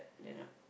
yeah